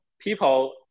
people